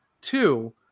two